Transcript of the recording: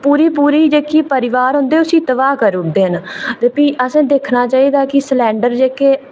पूरी पूरी जेह्के परिवार होंदे उसी तबाह् करी ओड़दे न ते भी असें दिक्खना चाहिदा की सिलेंडर जेह्के